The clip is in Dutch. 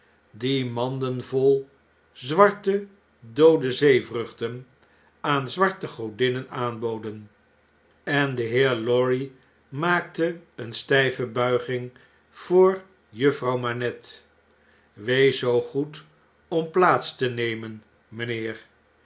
die manden vol zwarte doode zee vruchten aan zwarte godinnen aanboden en de heer lorry maakte eene stijve buiging voor juffrouw manette wees zoo goed om plaats te nemen mijnheer